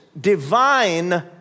divine